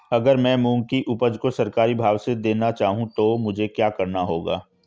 अगर मैं मूंग की उपज को सरकारी भाव से देना चाहूँ तो मुझे क्या करना होगा?